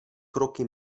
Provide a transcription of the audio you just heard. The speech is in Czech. kroky